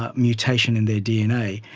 ah mutation in their dna.